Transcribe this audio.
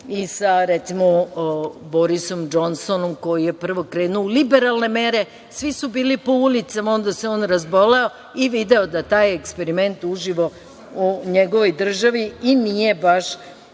i sa Borisom Džonsonom koji je prvo krenuo u liberalne mere, svi su bili po ulicama, a onda se on razboleo i video da taj eksperiment uživo u njegovoj državi i nije baš